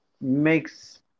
makes